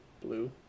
blue